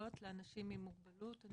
שניים ולפי המורכבות של ההנגשה של המקום.